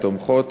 התומכות,